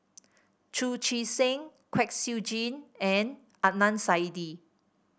Chu Chee Seng Kwek Siew Jin and Adnan Saidi